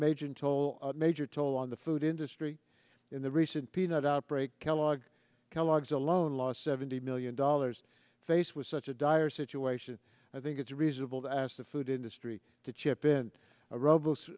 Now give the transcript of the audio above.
major toll major toll on the food industry in the recent peanut outbreak kellog kellogg's alone lost seventy million dollars faced with such a dire situation i think it's reasonable to ask the food industry to chip in a rob